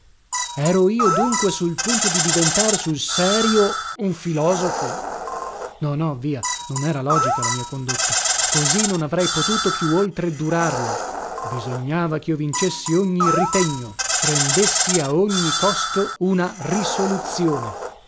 ero io dunque sul punto di diventare sul serio un filosofo no no via non era logica la mia condotta così non avrei potuto più oltre durarla bisognava chio vincessi ogni ritegno prendessi a ogni costo una risoluzione